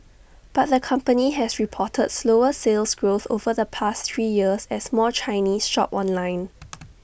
but the company has reported slower Sales Growth over the past three years as more Chinese shop online